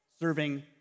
serving